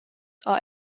are